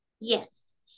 yes